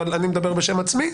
אבל אני מדבר בשם עצמי,